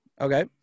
Okay